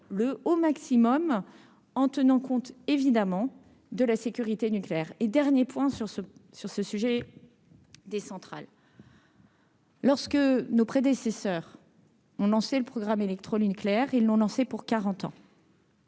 le au maximum, en tenant compte évidemment de la sécurité nucléaire, et dernier point sur ce sur ce sujet des centrales. Lorsque nos prédécesseurs ont lancé le programme électronucléaire, ils l'ont lancé pour 40 ans.